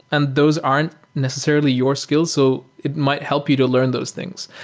and those aren't necessarily your skills. so it might help you to learn those things.